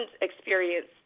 experience